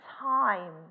time